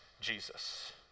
Jesus